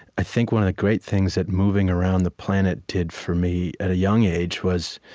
i think one of the great things that moving around the planet did for me at a young age was,